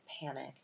panic